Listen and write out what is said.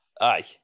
Aye